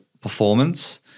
performance